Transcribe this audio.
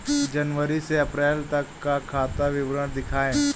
जनवरी से अप्रैल तक का खाता विवरण दिखाए?